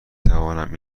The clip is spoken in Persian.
توانم